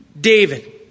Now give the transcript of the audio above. David